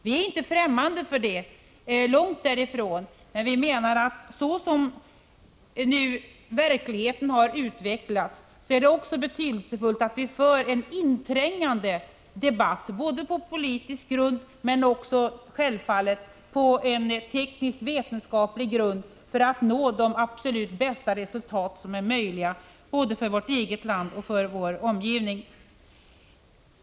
Vi är inte fftämmande för det, långt därifrån. Så som verkligheten nu utvecklats är det också betydelsefullt att vi för en inträngande debatt både på politisk grund och självfallet också på tekniskvetenskaplig grund för att nå de absolut bästa resultaten för vårt eget land och för vår omgivning.